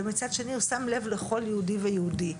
ומצד שני הוא שם לב לכל יהודי ויהודי.